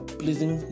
pleasing